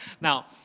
Now